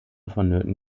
vonnöten